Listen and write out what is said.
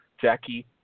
Jackie